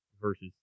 Versus